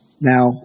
Now